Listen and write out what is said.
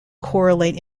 correlate